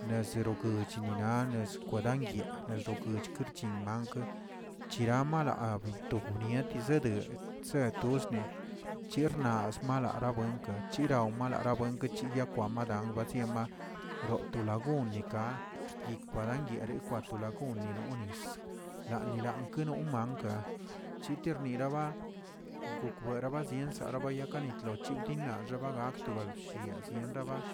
Neserokuchinina, nichkwin yikə, nexo kuch kurchinmank' chiram mala obtumiete dii zedeꞌ tsee toz ni chixnazə alara buenklə chilaw enarabuenkə chiyakwa madan keewə yema, o to lagunni ga padienyarii a to lagunni no nis, yani lankə umanka, chitirniraba gokwerabazin yetnerabayitlo yibdingak gaxakto bshien reba